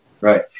Right